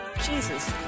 Jesus